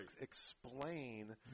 explain